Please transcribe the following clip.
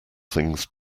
things